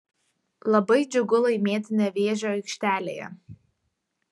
labai džiugu laimėti nevėžio aikštelėje